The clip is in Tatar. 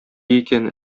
икән